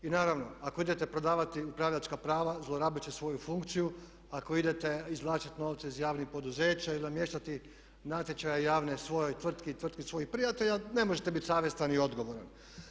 I naravno ako idete prodavati upravljačka prava zlorabeći svoju funkciju, ako idete izvlačiti novce iz javnih poduzeća ili namještati natječaje javne svojoj tvrtki i tvrtki svojih prijatelja ne možete biti savjestan i odgovoran.